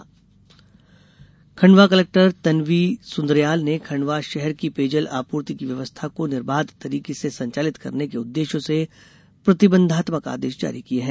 पेयजल आपूर्ति खंडवा कलेक्टर तन्वी सुन्द्रियाल ने खंडवा शहर की पेयजल आपूर्ति की व्यवस्था को निर्बाध तरीके से संचालित करने के उद्देश्य से प्रतिबंधात्मक आदेश जारी किए है